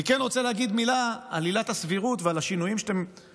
אני כן רוצה להגיד מילה על עילת הסבירות ועל השינויים לכאורה,